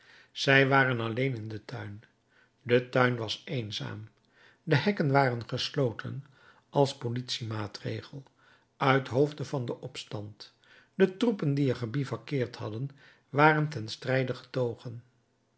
zij waren alleen in den tuin de tuin was eenzaam de hekken waren gesloten als politiemaatregel uithoofde van den opstand de troepen die er gebivouakkeerd hadden waren ten strijde getogen